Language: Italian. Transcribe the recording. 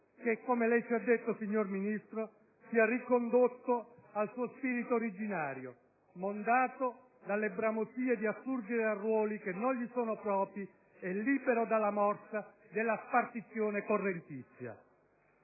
che, come lei ci ha detto signor Ministro, sia ricondotto al suo spirito originario, mondato dalle bramosie di assurgere a ruoli che non gli sono propri e libero dalla morsa della spartizione correntizia.